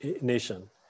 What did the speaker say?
nation